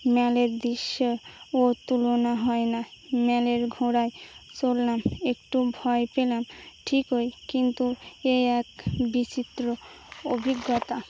ম্যালের দিশ্য ও তুলনা হয় না ম্যালের ঘোড়ায় চড়লাম একটু ভয় পেলাম ঠিক ওই কিন্তু এ এক বিচিত্র অভিজ্ঞতা